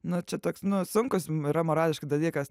n čia toks nu sunkus mum yra morališkai dalykas